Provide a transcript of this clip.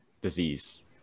disease